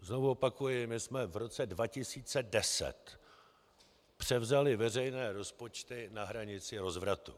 Znovu opakuji, my jsme v roce 2010 převzali veřejné rozpočty na hranici rozvratu.